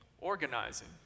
organizing